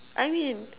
I mean